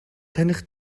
таних